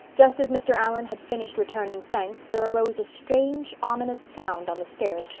just as mr. allan had finished returning thanks there arose a strange, ominous sound on the stairs,